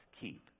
keep